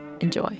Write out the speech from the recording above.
Enjoy